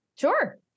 Sure